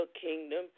kingdom